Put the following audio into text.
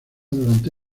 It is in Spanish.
durante